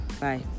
bye